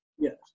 Yes